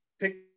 Pick